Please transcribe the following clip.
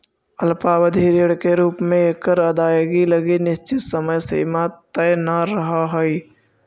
अल्पावधि ऋण के रूप में एकर अदायगी लगी निश्चित समय सीमा तय न रहऽ हइ